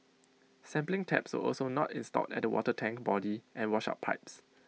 sampling taps were also not installed at the water tank body and washout pipes